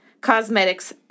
cosmetics